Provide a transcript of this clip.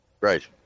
Right